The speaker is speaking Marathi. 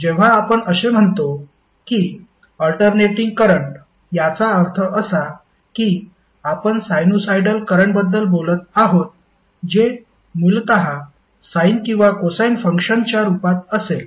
जेव्हा आपण असे म्हणतो की अल्टरनेटिंग करंट याचा अर्थ असा की आपण साइनुसॉईडल करंटबद्दल बोलत आहोत जे मूलत साइन किंवा कोसाइन फंक्शनच्या रूपात असेल